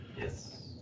Yes